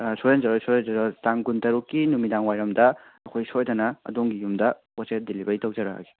ꯁꯣꯏꯍꯟꯖꯔꯣꯏ ꯁꯣꯏꯍꯟꯖꯔꯣꯏ ꯇꯥꯡ ꯀꯨꯟꯇꯔꯨꯛꯀꯤ ꯅꯨꯃꯤꯗꯥꯡꯋꯥꯏꯔꯝꯗ ꯑꯩꯈꯣꯏ ꯁꯣꯏꯗꯅ ꯑꯗꯣꯝꯒꯤ ꯌꯨꯝꯗ ꯄꯣꯠꯁꯦ ꯗꯤꯂꯤꯕꯔꯤ ꯇꯧꯖꯔꯛꯑꯒꯦ